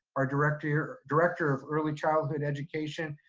our director director of early childhood education,